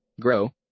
grow